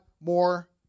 more